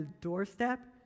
doorstep